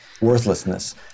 worthlessness